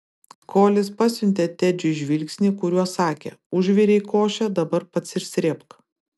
kolis pasiuntė tedžiui žvilgsnį kuriuo sakė užvirei košę dabar pats ir srėbk